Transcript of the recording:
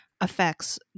affects